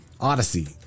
Odyssey